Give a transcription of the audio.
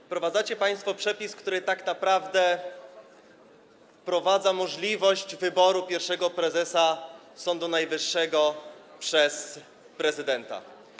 Wprowadzacie państwo przepis, który tak naprawdę wprowadza możliwość wyboru pierwszego prezesa Sądu Najwyższego przez prezydenta.